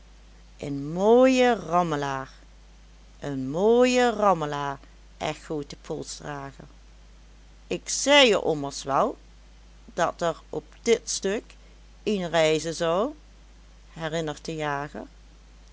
een mooie rammelaar een mooie rammelaar echoot de polsdrager ik zei t je ommers wel dat er op dit stuk ien raizen zou herinnert de jager